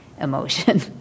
emotion